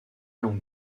longue